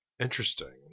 Interesting